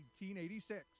1886